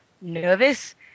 nervous